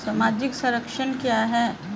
सामाजिक संरक्षण क्या है?